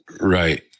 Right